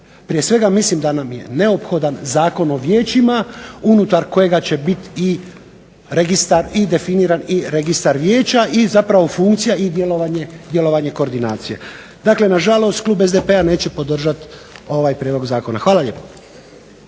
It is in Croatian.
Prije svega, mislim da nam je neophodan Zakon o vijećima unutar kojega će biti i definiran i Registar vijeća i zapravo funkcija i djelovanje koordinacije. Dakle, nažalost klub SDP-a neće podržati ovaj prijedlog zakona. Hvala lijepo.